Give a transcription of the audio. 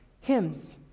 hymns